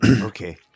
Okay